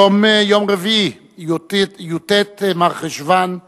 היום י"ט במרחשוון תשע"א,